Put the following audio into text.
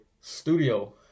studio